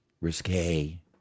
Risque